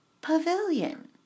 pavilion